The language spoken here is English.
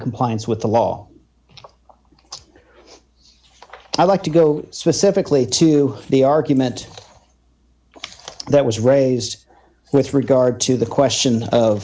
compliance with the law i'd like to go specifically to the argument that was raised with regard to the question of